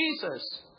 Jesus